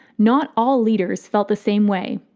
not all leaders felt the same way.